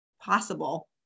possible